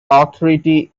authority